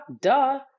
duh